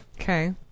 Okay